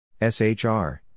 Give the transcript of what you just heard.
SHR